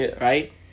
Right